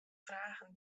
fragen